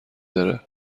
داره